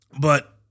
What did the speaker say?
But-